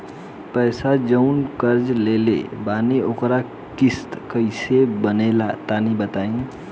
पैसा जऊन कर्जा लेले बानी ओकर किश्त कइसे बनेला तनी बताव?